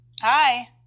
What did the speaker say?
Hi